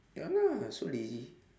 ya lah so lazy